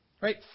Right